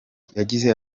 yagize